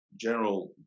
General